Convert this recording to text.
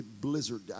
blizzard